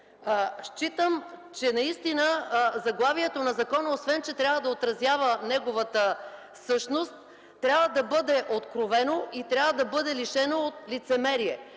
Считам, че заглавието на закона, освен че трябва да отразява неговата същност, трябва да бъде откровено и лишено от лицемерие.